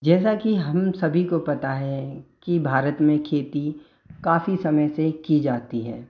जैसा कि हम सभी को पता हैं कि भारत में खेती काफ़ी समय से की जाती है